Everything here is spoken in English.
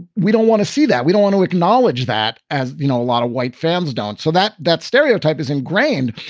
we don't want to see that. we don't want to acknowledge that. as you know, a lot of white fans don't. so that that stereotype is ingrained.